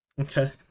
okay